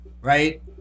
right